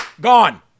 Gone